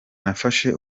nafashe